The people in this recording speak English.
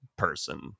Person